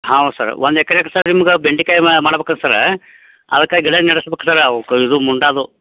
ಹೌದು ಸರ್ ಒಂದು ಎಕ್ರೆಗೆ ಸರ್ ನಿಮ್ಗೆ ಬೆಂಡೆಕಾಯಿ ಮಾಡಬೇಕಾರೆ ಸರ ಅದಕ್ಕೆ ಗಿಡ ನೆಡಸಬೇಕು ಸರ್ ಅವುಕ್ಕೆ ಇದು ಮುಂಡಾದು